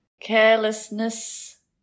carelessness